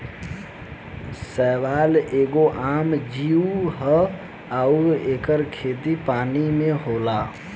शैवाल एगो आम जीव ह अउर एकर खेती पानी में होला